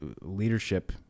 leadership